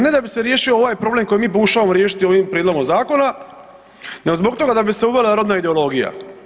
Ne da bi se riješio ovaj problem koji mi pokušavamo riješiti ovim prijedlogom zakona nego zbog toga da bi se uvela rodna ideologija.